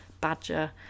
badger